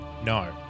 No